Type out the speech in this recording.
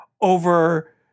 Over